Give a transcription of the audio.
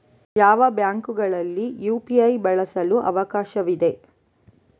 ಯಾವ ಬ್ಯಾಂಕುಗಳಲ್ಲಿ ಯು.ಪಿ.ಐ ಬಳಸಲು ಅವಕಾಶವಿದೆ?